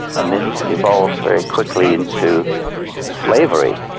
and this evolves very quickly into slavery.